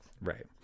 right